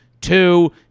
Two